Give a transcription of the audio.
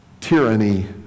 Tyranny